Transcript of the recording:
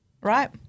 right